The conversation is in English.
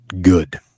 Good